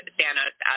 Thanos